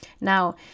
now